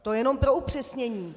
To jenom pro upřesnění.